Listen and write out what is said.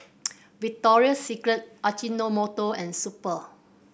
Victoria Secret Ajinomoto and Super